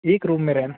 एक रूम में रहना